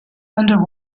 under